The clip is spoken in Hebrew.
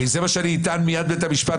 הרי זה מה שאני אטען מייד בבית המשפט,